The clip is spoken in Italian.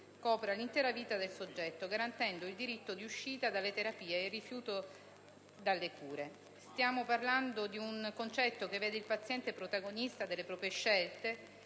copra l'interno vita del soggetto, garantendo il diritto di uscita dalle terapie e il rifiuto delle cure. Stiamo parlando di un concetto che vede il paziente protagonista delle proprie scelte